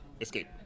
Escape